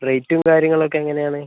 റേറ്റും കാര്യങ്ങളൊക്കെ എങ്ങനെയാണ്